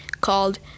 called